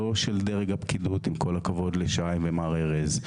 לא של דרג הפקידות עם כל הכבוד לשי ומר ארז,